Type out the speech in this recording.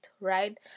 right